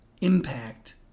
impact